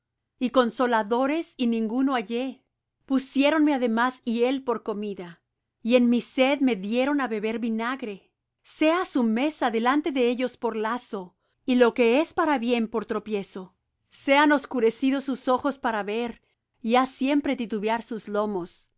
y consoladores y ninguno hallé pusiéronme además hiel por comida y en mi sed me dieron á beber vinagre sea su mesa delante de ellos por lazo y lo que es para bien por tropiezo sean oscurecidos sus ojos para ver y haz siempre titubear sus lomos